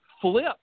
flip